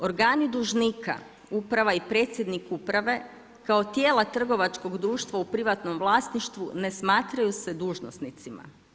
Organi dužnika, uprava i predsjednik uprave kao tijela trgovačkog društva u privatnom vlasništvu ne smatraju se dužnosnicima.